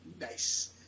Nice